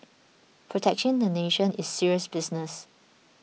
protecting the nation is serious business